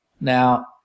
Now